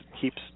keeps